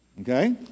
Okay